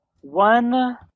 one